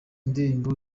indirimbo